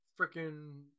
freaking